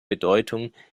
bedeutung